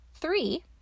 three